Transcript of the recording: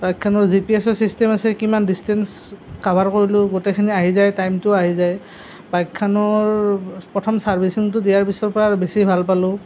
বাইকখনৰ জিপিএচৰ চিষ্টেম আছে কিমান দিচটেন্স কভাৰ কৰিলোঁ গোটেইখিনি আহি যায় টাইমটোও আহি যায় বাইকখনৰ প্ৰথম চাৰ্ভিচিঙটো দিয়াৰ পিছৰ পৰা আৰু বেছি ভাল পালোঁ